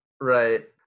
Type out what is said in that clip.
Right